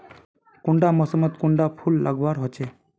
कुंडा मोसमोत कुंडा फुल लगवार होछै?